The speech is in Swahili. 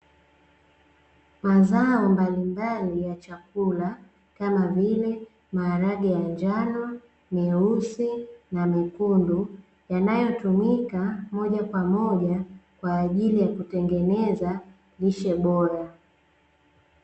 Mazao mbalimbali ya chakula kama vile: maharage ya njano, nyeusi na nyekundu; yanayotumika moja kwa moja kwa ajili ya kutengeneza lishe bora.